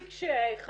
היא צריכה לתת את ה